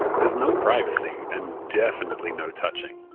there's no privacy. and definitely no touching.